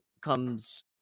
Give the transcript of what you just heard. comes